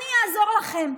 אני אעזור לכם.